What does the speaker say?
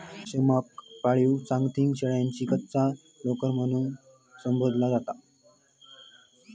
पशमाक पाळीव चांगथंगी शेळ्यांची कच्ची लोकर म्हणून संबोधला जाता